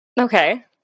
Okay